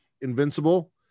Invincible